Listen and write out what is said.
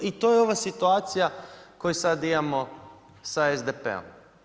I to je ova situacija koju sad imamo sa SDP-om.